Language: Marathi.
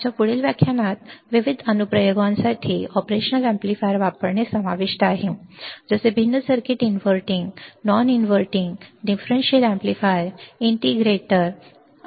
आमच्या पुढील व्याख्यानात विविध अनुप्रयोगांसाठी ऑपरेशनल अॅम्प्लीफायर वापरणे समाविष्ट आहे जसे भिन्न circuits inverting non inverting differential amplifier integrator adder तुलनाकर्ता